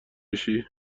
بشی